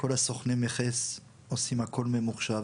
כל סוכני המכס עושים הכול ממוחשב.